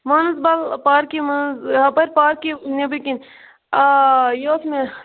مانسبل پارکہ مَنٛز یپٲر پارکہِ نیٚبٕر کِنۍ آ یہِ اوس مےٚ